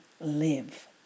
live